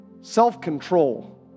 self-control